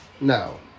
No